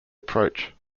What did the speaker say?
approach